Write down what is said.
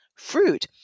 Fruit